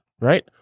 right